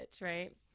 right